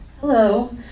Hello